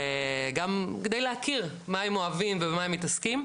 גם כדי להכיר מה הם אוהבים ובמה הם מתעסקים,